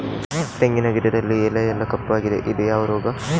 ತೆಂಗಿನ ಗಿಡದಲ್ಲಿ ಎಲೆ ಎಲ್ಲಾ ಕಪ್ಪಾಗಿದೆ ಇದು ಯಾವ ರೋಗ?